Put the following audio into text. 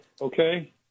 okay